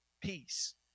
peace